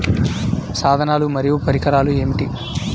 సాధనాలు మరియు పరికరాలు ఏమిటీ?